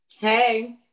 hey